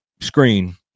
screen